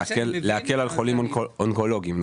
להקל על חולים אונקולוגיים,